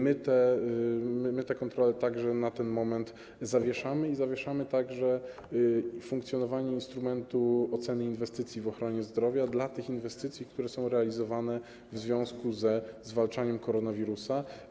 My te kontrole także na ten moment zawieszamy i zawieszamy także funkcjonowanie instrumentu oceny inwestycji w ochronie zdrowia dla tych inwestycji, które są realizowane w związku ze zwalczaniem koronawirusa.